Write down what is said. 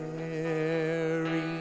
Mary